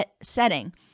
setting